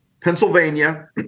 Pennsylvania